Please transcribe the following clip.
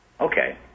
Okay